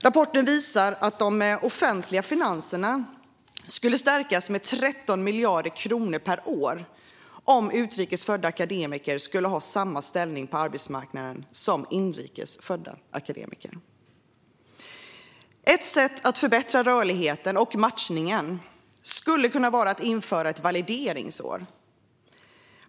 Rapporten visar att de offentliga finanserna skulle stärkas med 13 miljarder kronor per år om utrikes födda akademiker skulle ha samma ställning på arbetsmarknaden som inrikes födda akademiker. Ett sätt att förbättra rörligheten och matchningen skulle kunna vara att införa ett valideringsår.